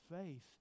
faith